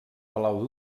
palau